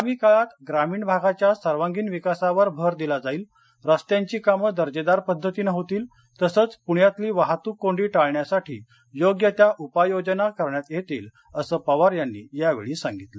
आगामी काळात ग्रामीण भागाच्या सर्वांगीण विकासावर भर दिला जाईल रस्त्याची कामं दर्जेदार पध्दतीनं होतील तसंच पुण्यातली वाहतूक कोंडी टाळण्यासाठी योग्य त्या उपाययोजना करण्यात येतील असं पवार यांनी यावेळी सांगितलं